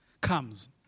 comes